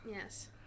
Yes